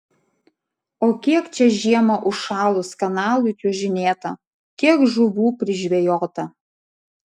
o kiek čia žiemą užšalus kanalui čiuožinėta kiek žuvų prižvejota